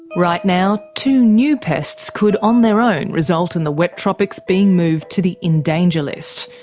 right now, two new pests could on their own result in the wet tropics being moved to the in danger list.